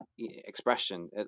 Expression